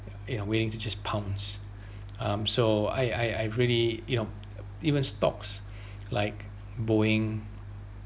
I'm waiting to just pounce um so I I I really you know even stocks like boeing